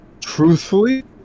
truthfully